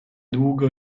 długo